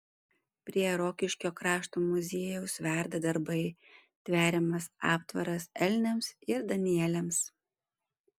prie rokiškio krašto muziejaus verda darbai tveriamas aptvaras elniams ir danieliams